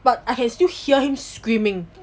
but I can still hear him screaming